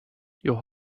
your